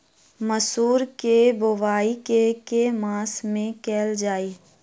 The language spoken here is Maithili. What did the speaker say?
मसूर केँ बोवाई केँ के मास मे कैल जाए?